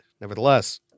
nevertheless